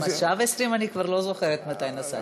שעה ו-20 אני כבר לא זוכרת מתי נסעתי.